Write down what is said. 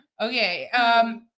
okay